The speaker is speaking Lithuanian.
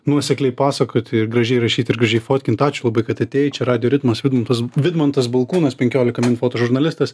nuosekliai pasakoti ir gražiai rašyti ir gražiai fotkint ačiū labai kad atėjai čia radijo ritmas vidmantas vidmantas balkūnas penkiolika min fotožurnalistas